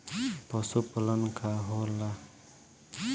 पशुपलन का होला?